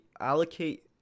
allocate